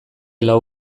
lau